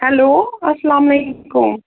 hello اَسلام علیکُم